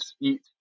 eat